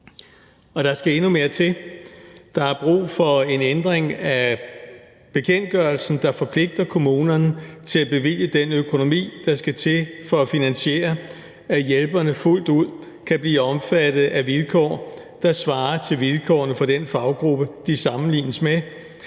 Der skal endnu mere til. Der er brug for en ændring af bekendtgørelsen, der forpligter kommunerne til at bevilge den økonomi, der skal til for at finansiere, at hjælperne fuldt ud kan blive omfattet af vilkår, som svarer til vilkårene for den samme faggruppe, de sammenlignes med.